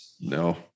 No